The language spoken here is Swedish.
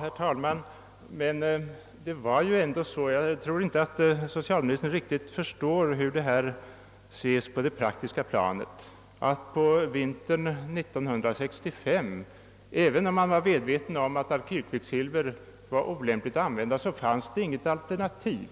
Herr talman! Jag tror inte att socialministern riktigt förstår hur denna sak ses på det praktiska planet. även om man under vintern 1965 var medveten om att alkylkvicksilver var mindre lämpligt att använda, fanns inget annat alternativ.